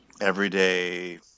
everyday